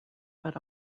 but